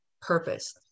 purpose